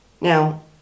Now